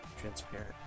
transparent